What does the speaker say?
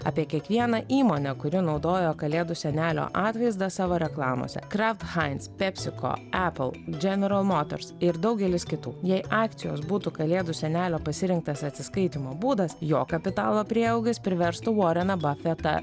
apie kiekvieną įmonę kuri naudojo kalėdų senelio atvaizdą savo reklamose kraft heinz pepsico apple general motors ir daugelis kitų jei akcijos būtų kalėdų senelio pasirinktas atsiskaitymo būdas jo kapitalo prieaugis priverstų voreną bafetą